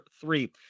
three